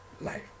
life